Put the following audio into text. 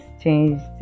changed